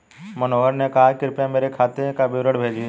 मनोहर ने कहा कि कृपया मुझें मेरे खाते का विवरण भेजिए